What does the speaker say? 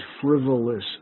frivolous